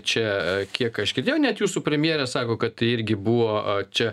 čia kiek aš girdėjau net jūsų premjerė sako kad irgi buvo čia